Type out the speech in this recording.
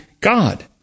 God